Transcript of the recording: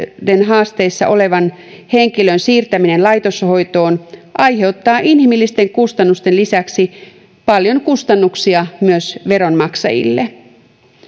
haasteissa olevan henkilön siirtäminen laitoshoitoon aiheuttaa inhimillisten kustannusten lisäksi paljon kustannuksia myös veronmaksajille